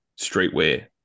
streetwear